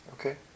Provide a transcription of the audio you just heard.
Okay